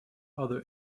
other